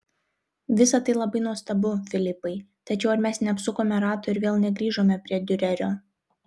visa tai labai nuostabu filipai tačiau ar mes neapsukome rato ir vėl negrįžome prie diurerio